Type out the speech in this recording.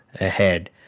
ahead